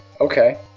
Okay